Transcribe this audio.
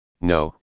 no